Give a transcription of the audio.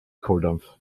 kohldampf